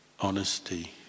honesty